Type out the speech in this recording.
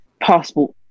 passport